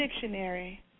dictionary